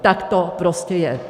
Tak to prostě je.